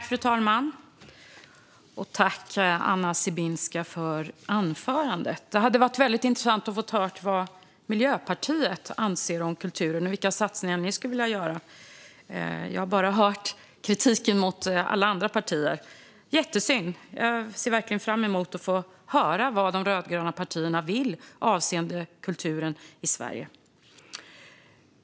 Fru talman! Tack, Anna Sibinska, för anförandet! Det hade varit intressant att höra vad Miljöpartiet anser om kulturen och vilka satsningar ni skulle vilja göra. Jag har bara hört kritiken mot alla andra partier. Jättesynd! Jag ser verkligen fram emot att få höra vad de rödgröna partierna vill avseende kulturen i Sverige.